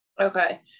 Okay